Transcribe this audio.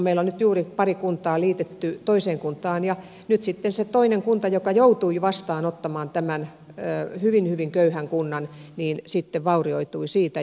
meillä on nyt juuri pari kuntaa liitetty toiseen kuntaan ja nyt sitten se toinen kunta joka joutui vastaanottamaan tämän hyvin hyvin köyhän kunnan vaurioitui siitä